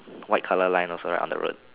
white colour line also right on the road